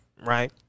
right